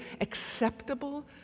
acceptable